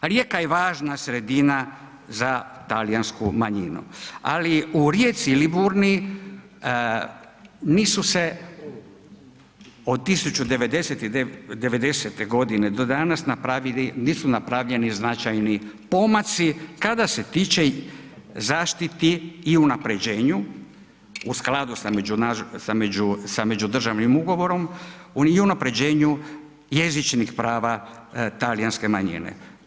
Rijeka je važna sredina za talijansku manjinu, ali u Rijeci, Liburniji, nisu se od 1990. godine do danas napravili, nisu napravljeni značajni pomaci, kada se tiče zaštiti i unaprjeđenju u skladu sa međudržavnim ugovorom i unaprjeđenju jezičnih prava talijanske manjine.